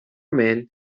man